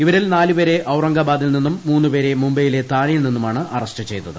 ഇവരിൽ നാലുപേരെ ഔറംഗാബാദിൽ നിന്നും മൂന്നുപേരെ മുംബൈയിലെ താനെയിൽ നിന്നുമാണ് അറസ്റ്റ് ചെയ്തത്